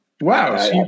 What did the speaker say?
Wow